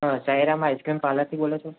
હં સાઈરામ આઇસક્રીમ પાર્લરથી બોલો છો